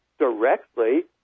directly